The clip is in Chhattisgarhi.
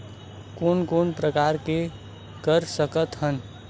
कोन कोन प्रकार के कर सकथ हन?